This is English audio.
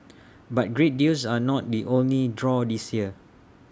but great deals are not the only draw this year